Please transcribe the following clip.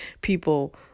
people